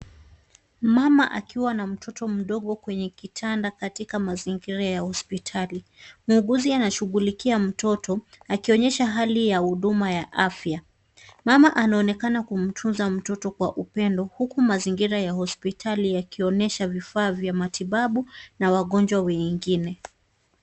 Mama akiwa na mtoto mdogo kwenye kitanda katika mazingira ya hospitali. Muuguzi anashughulikia mtoto akionyesha hali ya huduma ya afya. Mama anaonekana kumtunza mtoto kwa upendo huku mazingira ya hospitali yakionyesha vifaa vya matibabu na wagonjwa wengine.